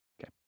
Okay